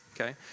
okay